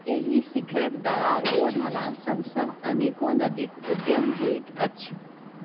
एहि शिखरक दरारि ओ ढलानसभसँ अनेको नदीक उद्यम होइत अछि